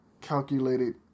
calculated